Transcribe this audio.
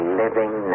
living